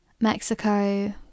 Mexico